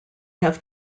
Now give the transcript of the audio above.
have